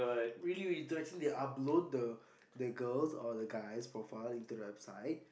really really to actually they upload the the girls or the guys profile into the website